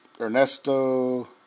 Ernesto